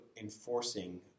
enforcing